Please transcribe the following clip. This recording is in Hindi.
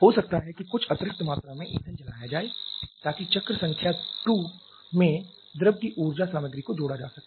हो सकता है कि कुछ अतिरिक्त मात्रा में ईंधन जलाया जाए ताकि चक्र संख्या 2 में द्रव की ऊर्जा सामग्री को जोड़ा जा सके